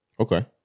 Okay